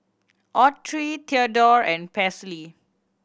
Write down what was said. Autry Theadore and Paisley